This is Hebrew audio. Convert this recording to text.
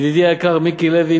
ידידי היקר מיקי לוי,